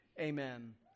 Amen